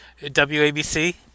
WABC